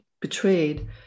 betrayed